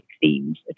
themes